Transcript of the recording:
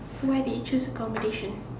why did you choose accommodation